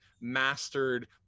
mastered